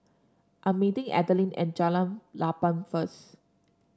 I'm meeting Adelyn at Jalan Lapang first